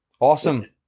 awesome